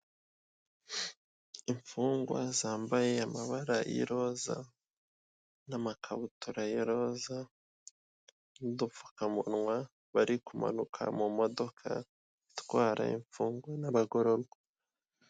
Imfungwa zambaye amabara y'iroza n'amakabutura y'iroza n'udupfukamunwa bari kumanuka mu modoka itwara imfungwa n'abagororwa.